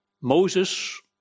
Moses